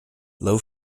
low